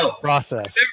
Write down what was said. process—